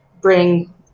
bring